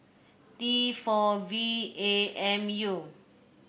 T four V A M U